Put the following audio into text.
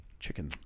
chicken